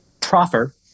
proffer